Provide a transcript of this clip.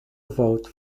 vote